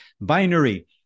binary